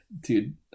dude